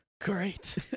Great